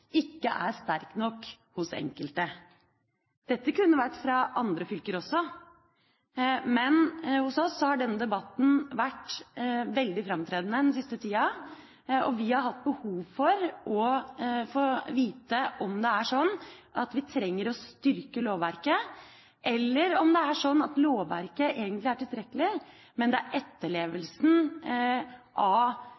ikke er sterk nok hos enkelte. Dette kunne vært fra andre fylker også, men hos oss har denne debatten vært veldig framtredende den siste tida. Vi har hatt behov for å få vite om det er slik at vi trenger å styrke lovverket, eller om det er slik at lovverket egentlig er tilstrekkelig, men om etterlevelsen av ikke bare lovverket, men den etiske refleksjonen, er